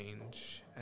change